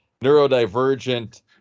neurodivergent